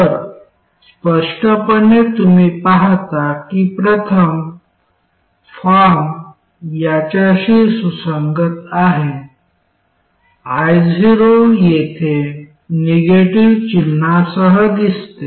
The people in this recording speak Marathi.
तर स्पष्टपणे तुम्ही पाहता की प्रथम फॉर्म याच्याशी सुसंगत आहे io येथे निगेटिव्ह चिन्हासह दिसते